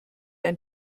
ein